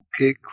Okay